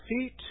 feet